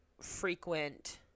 frequent